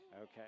Okay